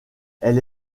elle